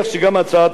שאני הבאתי,